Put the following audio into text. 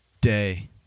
day